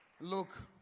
look